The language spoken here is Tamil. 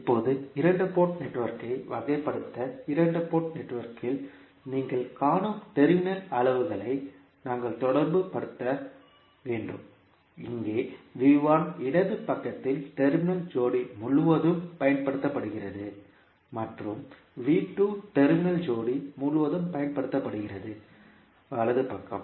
இப்போது இரண்டு போர்ட் நெட்வொர்க்கை வகைப்படுத்த இரண்டு போர்ட் நெட்வொர்க்கில் நீங்கள் காணும் டெர்மினல் அளவுகளை நாங்கள் தொடர்புபடுத்த வேண்டும் இங்கே இடது பக்கத்தில் டெர்மினல் ஜோடி முழுவதும் பயன்படுத்தப்படுகிறது மற்றும் டெர்மினல் ஜோடி முழுவதும் பயன்படுத்தப்படுகிறது வலது பக்கம்